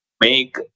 make